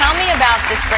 um me about